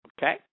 Okay